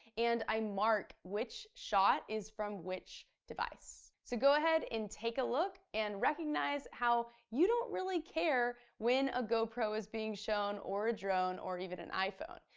and i mark which shot is from which device. so go ahead and take a look and recognize how you don't really care when a gopro is being shown, or a drone, or even an iphone.